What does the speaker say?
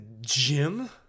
gym